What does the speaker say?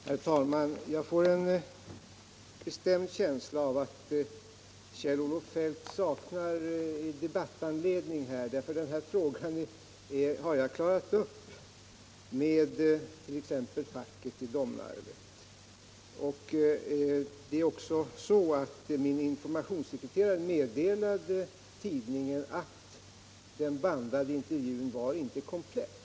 Herr talman! Jag får en bestämd känsla av att Kjell-Olof Feldt saknar debattanledning. Den här frågan har jag klarat upp med t.ex. facket i Domnarvet. Det är också så att min informationssekreterare meddelade tidningen att den bandade intervjun inte var komplett.